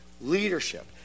Leadership